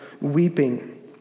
weeping